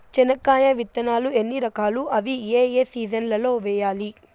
చెనక్కాయ విత్తనాలు ఎన్ని రకాలు? అవి ఏ ఏ సీజన్లలో వేయాలి?